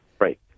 Right